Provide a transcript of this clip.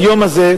ביום הזה,